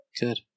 Good